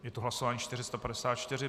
Je to hlasování 454.